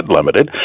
Limited